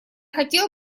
хотел